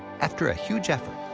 after a huge effort,